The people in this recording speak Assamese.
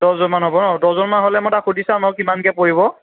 দহজনমান হ'ব ন' দহজনমান হ'লে মই তাক সুধি চাম আৰু কিমানকৈ পৰিব